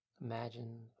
Imagine